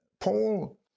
Paul